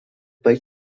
pat